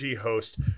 host